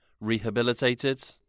rehabilitated